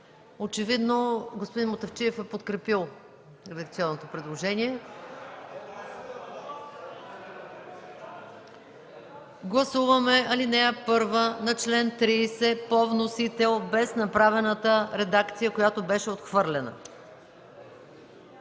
Очевидно господин Мутафчиев е подкрепил редакционното предложение. (Реплики.) Гласуваме ал. 1 на чл. 30 по вносител, без направената редакция, която беше отхвърлена.